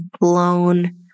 blown